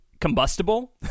combustible